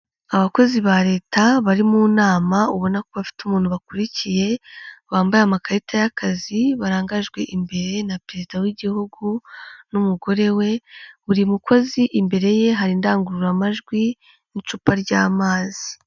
Abakozi ba leta bari mu nama ubona ko bafite umuntu bakurikiye, bambaye amakarita y'akazi, barangajwe imbere na perezida w'igihugu n'umugore we, buri mukozi imbere ye hari indangururamajwi n'icupa ry'amazi.